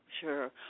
sure